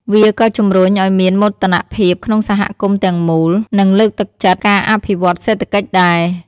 វាក៏ជំរុញឱ្យមានមោទនភាពក្នុងសហគមន៍ទាំងមូល និងលើកទឹកចិត្តការអភិវឌ្ឍសេដ្ឋកិច្ចដែរ។